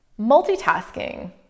Multitasking